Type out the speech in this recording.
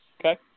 Okay